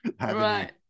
Right